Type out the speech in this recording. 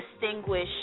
distinguish